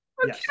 Okay